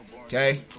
Okay